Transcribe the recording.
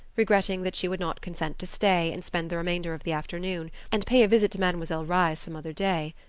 regretting that she would not consent to stay and spend the remainder of the afternoon, and pay a visit to mademoiselle reisz some other day.